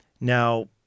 Now